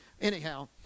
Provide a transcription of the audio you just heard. anyhow